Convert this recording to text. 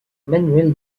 manuel